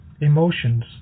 emotions